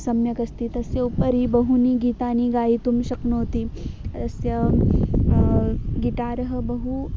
सम्यक् अस्ति तस्य उपरि बहूनि गीतानि गातुं शक्नोति तस्य गिटारः बहु